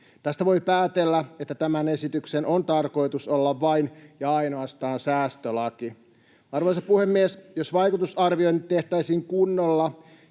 Tästä voi päätellä, että tämän esityksen on tarkoitus olla vain ja ainoastaan säästölaki. Arvoisa puhemies! Jos vaikutusarvioinnit tehtäisiin kunnolla